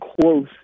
close